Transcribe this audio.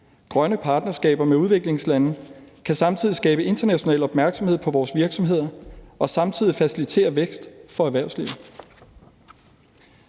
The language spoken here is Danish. Grønne partnerskaber med udviklingslandene kan samtidig skabe international opmærksomhed på vores virksomheder og facilitere vækst for erhvervslivet.